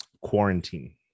quarantine